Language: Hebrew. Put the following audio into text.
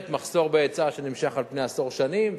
מחסור בהיצע שנמשך על פני עשור שנים.